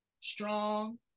Strong